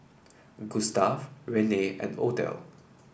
Gustav Renae and Odell